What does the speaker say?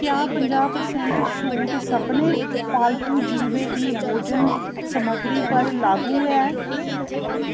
क्या पंजाह् परसैंट छूट सभनें पालतू जीवें दी भोजन समग्गरी पर लागू ऐ